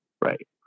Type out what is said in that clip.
right